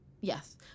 Yes